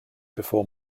before